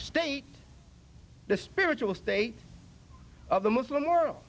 state the spiritual state of the muslim world